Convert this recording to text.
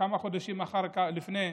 כמה חודשים לפני,